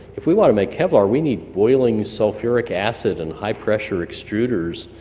if we want to make kevlar we need boiling sulfuric acid, and high pressure extruders.